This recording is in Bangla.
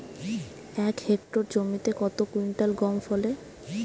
এক হেক্টর জমিতে কত কুইন্টাল গম ফলে?